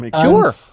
Sure